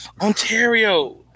Ontario